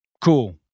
Cool